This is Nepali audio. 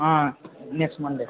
अँ नेक्स्ट मन्डे